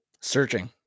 Searching